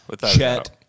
Chet